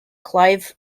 clive